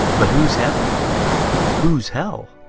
but whose heaven whose hell?